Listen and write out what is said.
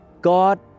God